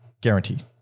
guaranteed